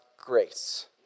grace